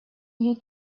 you